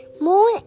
Moon